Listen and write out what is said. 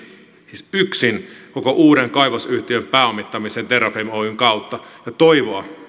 siis yksin koko uuden kaivosyhtiön pääomittamiseen terrafame oyn kautta ja toivoa